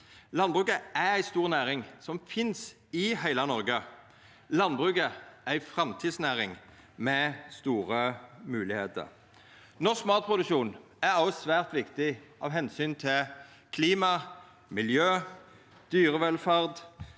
Landbruket er ei stor næring som finst i heile Noreg. Landbruket er ei framtidsnæring med store moglegheiter. Norsk matproduksjon er i tillegg svært viktig av omsyn til klima, miljø, dyrevelferd,